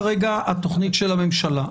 זו כרגע התוכנית של הממשלה.